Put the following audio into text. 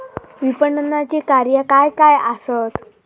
विपणनाची कार्या काय काय आसत?